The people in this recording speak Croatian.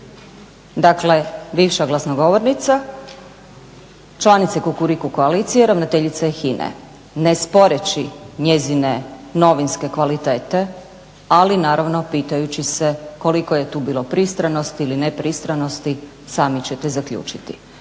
Dakle bivša glasnogovornica, članica Kukuriku koalicije ravnateljica je HINA-e. Ne sporeći njezine novinske kvalitete, ali naravno pitajući se koliko je tu bilo pristranosti ili nepristranosti, sami ćete zaključiti.